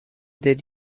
did